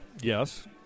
Yes